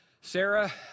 Sarah